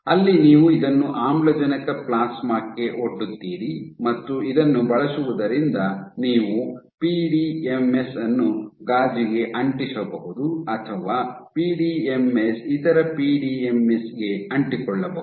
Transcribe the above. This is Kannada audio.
ಅಲ್ಲಿ ನೀವು ಇದನ್ನು ಆಮ್ಲಜನಕ ಪ್ಲಾಸ್ಮಾಕ್ಕೆ ಒಡ್ಡುತ್ತೀರಿ ಮತ್ತು ಇದನ್ನು ಬಳಸುವುದರಿಂದ ನೀವು ಪಿಡಿಎಂಎಸ್ ಅನ್ನು ಗಾಜಿಗೆ ಅಂಟಿಸಬಹುದು ಅಥವಾ ಪಿಡಿಎಂಎಸ್ ಇತರ ಪಿಡಿಎಂಎಸ್ ಗೆ ಅಂಟಿಕೊಳ್ಳಬಹುದು